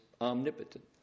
omnipotent